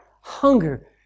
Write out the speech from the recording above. Hunger